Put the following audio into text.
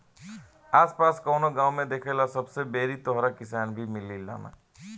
आस पास के कवनो गाँव में देखला पर सबसे बेसी तोहरा किसान ही मिलिहन